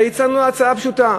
הצענו הצעה פשוטה: